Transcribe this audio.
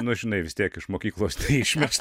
nu žinai vis tiek iš mokyklos išmest